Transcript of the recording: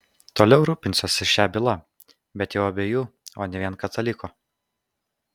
toliau rūpinsiuosi šia byla bet jau abiejų o ne vien kataliko